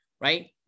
right